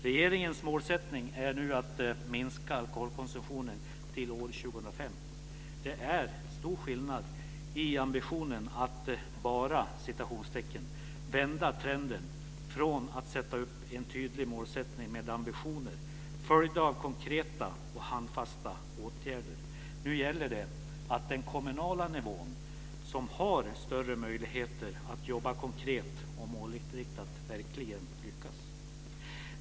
Regeringens målsättning är nu att minska alkoholkonsumtionen till år 2005. Det är stor skillnad i ambitionen att "bara" vända trenden och att sätta upp en tydlig målsättning med ambitioner, följda av konkreta och handfasta åtgärder. Nu gäller det att den kommunala nivån, som har större möjligheter att jobba konkret och målinriktat, verkligen lyckas.